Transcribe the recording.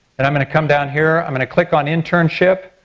and i'm going to come down here, i'm gonna click on internship.